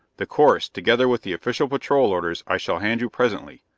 the course, together with the official patrol orders, i shall hand you presently,